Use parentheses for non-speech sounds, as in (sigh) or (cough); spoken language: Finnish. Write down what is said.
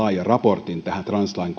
raportin translain (unintelligible)